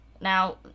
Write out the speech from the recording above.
now